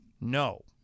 No